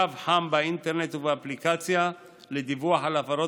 קו חם באינטרנט ובאפליקציה לדיווח על הפרות